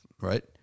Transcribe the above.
Right